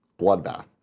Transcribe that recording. Bloodbath